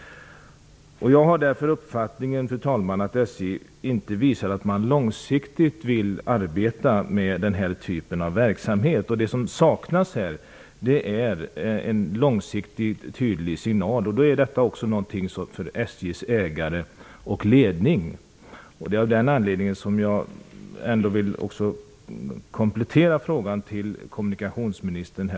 Jag har därför uppfattningen, fru talman, att SJ inte visar att man långsiktigt vill arbeta med denna typ av verksamhet. Det som saknas är en långsiktig, tydlig signal. Detta är också någonting för SJ:s ägare och ledning. Det är av den anledningen jag vill komplettera frågan till kommunikationsministern i dag.